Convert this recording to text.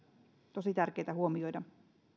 tosi tärkeitä huomioida